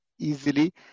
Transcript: easily